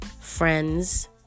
Friends